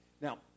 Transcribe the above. Now